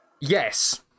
Yes